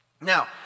Now